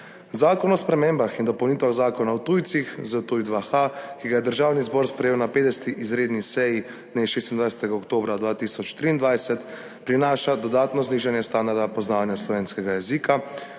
Zakon o spremembah in dopolnitvi Zakona o tujcih, ZTuj-2H, ki ga je Državni zbor sprejel na 50. izredni seji dne 26. oktobra 2023, prinaša dodatno znižanje standarda poznavanja slovenskega jezika